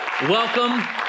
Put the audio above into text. Welcome